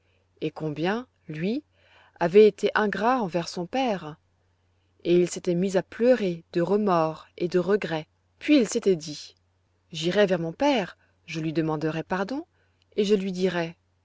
et combien lui avait été ingrat envers son père et il s'était mis à pleurer de remords et de regrets puis il s'était dit j'irai vers mon père je lui demanderai pardon et je lui dirai